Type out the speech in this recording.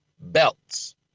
belts